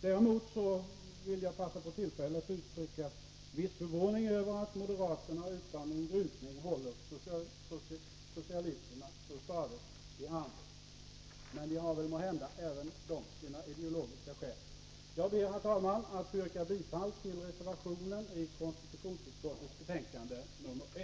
Däremot vill jag passa på tillfället att uttrycka viss förvåning över att moderaterna utan en grymtning håller socialisterna så stadigt i handen. Men de har väl även de sina ideologiska skäl. Jag ber, herr talman, att få yrka bifall till reservationen i konstitutionsutskottets betänkande nr